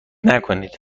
نکنید